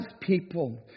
people